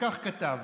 וכך כתב: